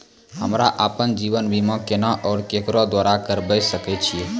हमरा आपन जीवन बीमा केना और केकरो द्वारा करबै सकै छिये?